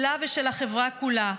שלה ושל החברה כולה.